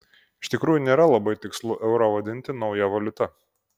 iš tikrųjų nėra labai tikslu eurą vadinti nauja valiuta